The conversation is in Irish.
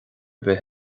bith